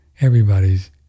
everybody's